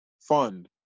fund